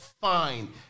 Fine